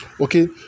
Okay